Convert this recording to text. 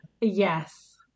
Yes